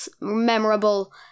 memorable